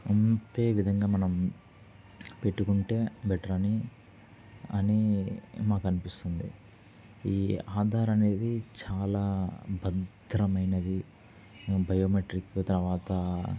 అంతే విధంగా మనం పెట్టుకుంటే బెటర్ అని అని మాకనిపిస్తుంది ఈ ఆధార అనేది చాలా భద్రమైనది బయోమెట్రిక్ తర్వాత